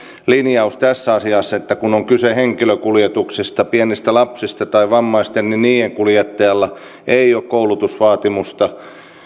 linjaus tässä asiassa että kun on kyse henkilökuljetuksista pienistä lapsista tai vammaisista niin niiden kuljettajalla ei ole koulutusvaatimusta